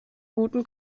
guten